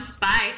bye